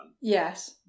Yes